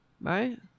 Right